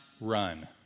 run